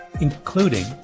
including